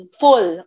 full